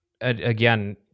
again